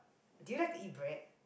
do you like to eat bread